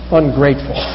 ungrateful